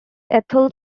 ethel